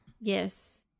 Yes